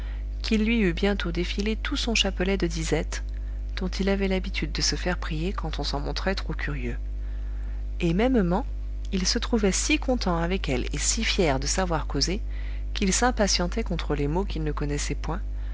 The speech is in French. qu'il lui eut bientôt défilé tout son chapelet de disettes dont il avait l'habitude de se faire prier quand on s'en montrait trop curieux et mêmement il se trouvait si content avec elle et si fier de savoir causer qu'il s'impatientait contre les mots qu'il ne connaissait point